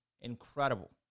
incredible